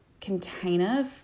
container